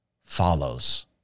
follows